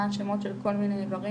מה השמות של כל מיני איברים,